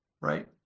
Right